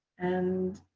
and